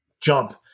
jump